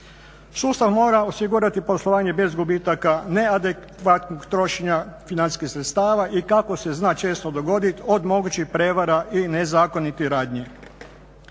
Sustav mora osigurati poslovanje bez gubitaka, neadekvatnog trošenja financijskih sredstava i kako se zna često dogoditi, od mogućih prevara i nezakonitih radnji.